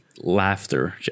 laughter